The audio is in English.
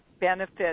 benefit